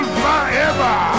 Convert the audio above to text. forever